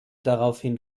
daraufhin